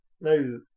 No